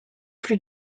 plus